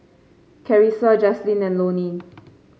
Carisa Jazlyn and Loni